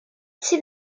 sydd